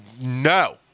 No